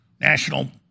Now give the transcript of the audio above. national